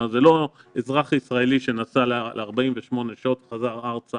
זה לא אזרחי ישראלי שנסע ל-48 שעות וחזר ארצה